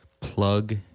plug